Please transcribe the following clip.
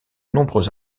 nombreux